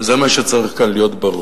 וזה מה שצריך כאן להיות ברור.